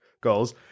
goals